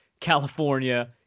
California